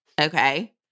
okay